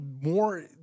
more